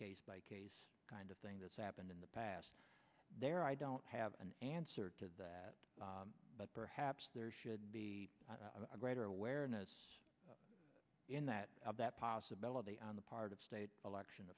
case by case kind of thing that's happened in the past there i don't have an answer to that but perhaps there should be a greater awareness in that of that possibility on the part of state election